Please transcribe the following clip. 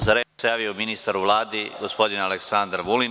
Za reč se javio ministar u Vladi, gospodin Aleksandar Vulin.